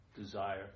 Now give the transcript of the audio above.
desire